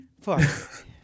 Fuck